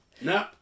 No